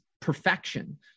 perfection